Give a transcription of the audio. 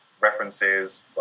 references